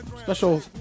special